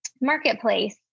marketplace